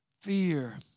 fear